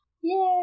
Yay